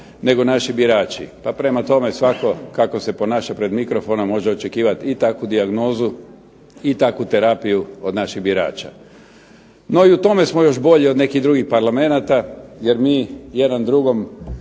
nego naši birači. Pa prema tome, svatko kako se ponaša pred mikrofonom može očekivati i takvu dijagnozu i takvu terapiju od naših birača. NO i u tome smo još bolji od nekih drugih parlamenata jer mi jedan drugom